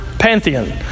pantheon